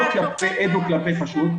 לא רק כלפי עד או כלפי חשוד.